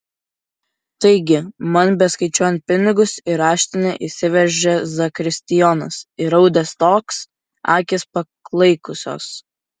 taigi man beskaičiuojant pinigus į raštinę įsiveržė zakristijonas įraudęs toks akys paklaikusios